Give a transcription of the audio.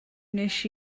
wnes